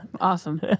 awesome